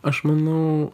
aš manau